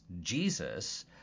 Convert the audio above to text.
Jesus